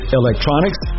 electronics